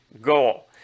goal